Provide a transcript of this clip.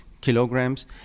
kilograms